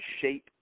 shape